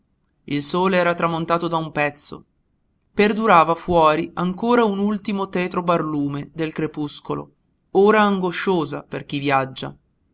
il sole era tramontato da un pezzo perdurava fuori ancora un ultimo tetro barlume del crepuscolo ora angosciosa per chi viaggia